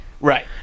Right